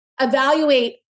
evaluate